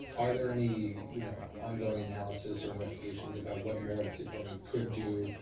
are there any you know ongoing analyses or investigations about what more the state department could do,